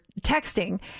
texting